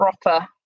proper